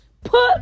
Put